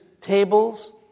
tables